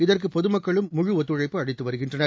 இதற்குபொதுமக்களும் முழு ஒத்துழைப்பு அளித்துவருகின்றன